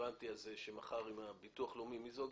הבנתי שמחר הפגישה עם הביטוח הלאומי, מי זו הגברת?